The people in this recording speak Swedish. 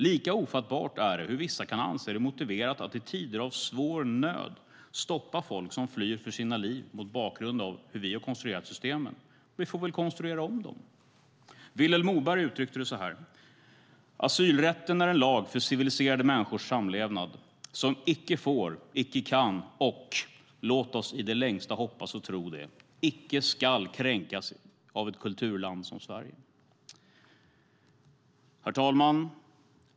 Lika ofattbart är det hur vissa kan anse att det mot bakgrund av hur vi har konstruerat systemen är motiverat att i tider av svår nöd stoppa folk som flyr för sina liv. Då får vi väl konstruera om systemen. Vilhelm Moberg uttryckte det så här: "Asylrätten är en lag för civiliserade människors samlevnad, som icke får, icke kan och - låt oss i det längsta hoppas och tro det - icke skall kränkas av ett kulturland som Sverige." Herr talman!